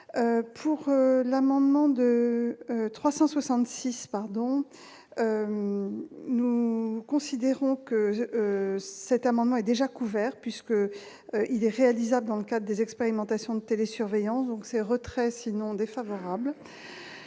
pour l'amendement de 366 pardon, nous nous considérons que cet amendement est déjà couvert puisque il est réalisable dans le cas des expérimentations de télésurveillance donc ces retraits sinon défavorable